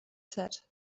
said